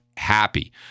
happy